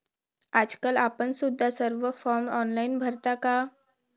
आजकाल आपण सुद्धा सर्व फॉर्म ऑनलाइन भरता का?